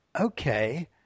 okay